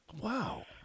Wow